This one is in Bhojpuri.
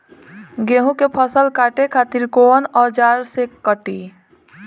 गेहूं के फसल काटे खातिर कोवन औजार से कटी?